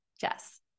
Jess